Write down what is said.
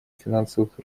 финансовых